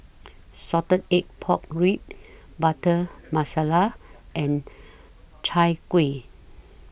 Salted Egg Pork Ribs Butter Masala and Chai Kuih